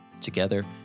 Together